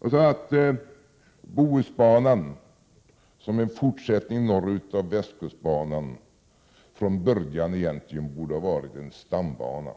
Jag sade att Bohusbanan, som är en fortsättning norrut av västkustbanan, från början egentligen borde ha varit en stambana.